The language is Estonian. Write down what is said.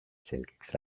selgeks